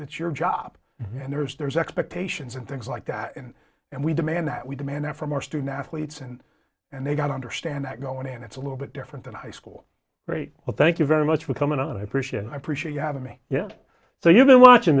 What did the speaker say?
that's your job and there's there's expectations and things like that and and we demand that we demand it from our student athletes and and they got understand that going in it's a little bit different than high school great well thank you very much for coming on i appreciate i appreciate you having me yeah so you've been watching